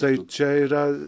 tai čia yra